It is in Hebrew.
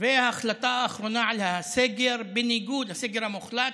וההחלטה האחרונה על הסגר המוחלט,